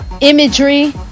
imagery